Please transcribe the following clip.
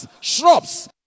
shrubs